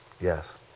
Yes